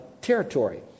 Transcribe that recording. territory